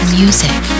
music